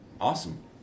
Awesome